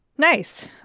Nice